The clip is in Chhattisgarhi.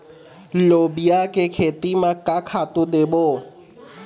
लोबिया के खेती म का खातू देबो?